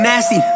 Nasty